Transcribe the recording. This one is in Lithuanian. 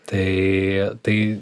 tai tai